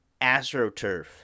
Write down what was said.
AstroTurf